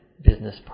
business